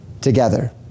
together